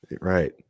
Right